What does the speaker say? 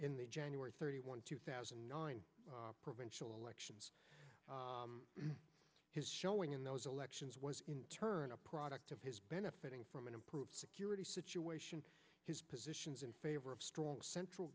the january thirty one two thousand and nine provincial elections his showing in those elections was in turn a product of his benefiting from an improved security situation his positions in favor of a strong central